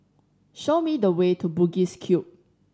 show me the way to Bugis Cube